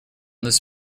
this